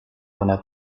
una